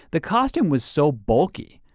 the costume was so bulky,